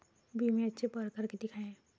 बिम्याचे परकार कितीक हाय?